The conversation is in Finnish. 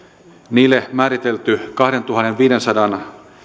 niille määritelty kahdentuhannenviidensadan